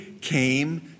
came